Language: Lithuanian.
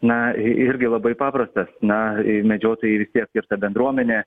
na irgi labai paprastas na medžiotojai vis tiek ir ta bendruomenė